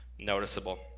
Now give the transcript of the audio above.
noticeable